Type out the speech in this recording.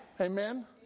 Amen